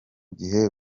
gihe